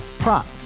Prop